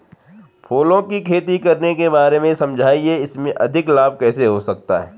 फूलों की खेती करने के बारे में समझाइये इसमें अधिक लाभ कैसे हो सकता है?